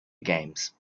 games